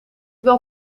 wel